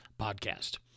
Podcast